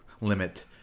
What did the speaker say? limit